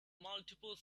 multiple